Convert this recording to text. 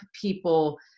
people